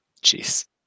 Jeez